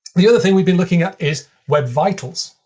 the other thing we've been looking at is web vitals.